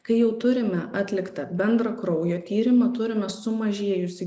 kai jau turime atliktą bendrą kraujo tyrimą turime sumažėjusį